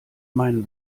meinen